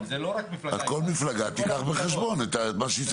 זאת אומרת שאחרי החוק הזה השר צריך עוד להתקין תקנות ורק אז זה יקוים.